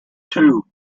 two